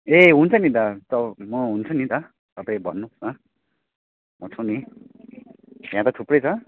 ए हुन्छ नि दा म हुन्छु नि त तपाईँ भन्नुहोस् न म छु नि यहाँ त थुप्रै छ